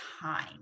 time